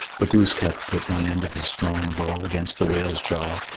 but glooskap put one end of his strong bow against the whale's jaw,